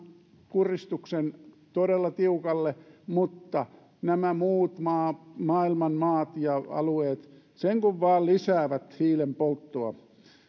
kuristuksen todella tiukalle mutta nämä muut maailman maat ja alueet sen kun vaan lisäävät hiilen polttoa